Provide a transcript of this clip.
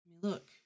Look